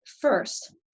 first